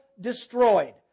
destroyed